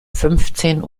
fünfzehn